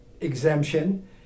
exemption